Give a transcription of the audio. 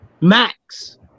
Max